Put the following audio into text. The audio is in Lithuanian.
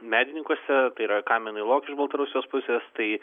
medininkuose tai yra kamen y log iš baltarusijos pusės tai